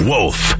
Wolf